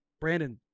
Brandon